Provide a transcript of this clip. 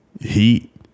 Heat